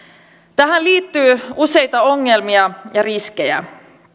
tähän liittyy useita ongelmia ja riskejä